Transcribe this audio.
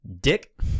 Dick